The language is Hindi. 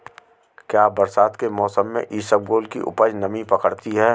क्या बरसात के मौसम में इसबगोल की उपज नमी पकड़ती है?